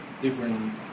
different